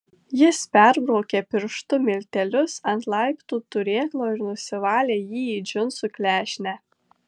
jis perbraukė pirštu miltelius ant laiptų turėklo ir nusivalė jį į džinsų klešnę